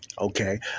Okay